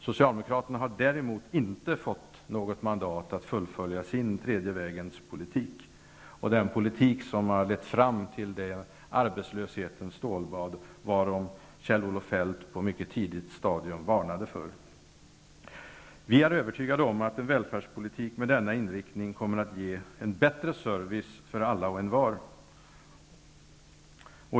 Socialdemokraterna har däremot inte fått något mandat att fullfölja sin tredje vägens politik, den politik som har lett fram till det arbetslöshetens stålbad som Kjell-Olof Feldt på mycket tidigt stadium varnade för. Vi är övertygade om att en välfärdspolitik med denna inriktning kommer att ge en bättre service för alla och envar.